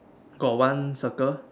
got one circle